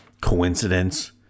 coincidence